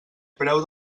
preu